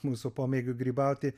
mūsų pomėgiu grybauti